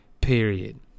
Period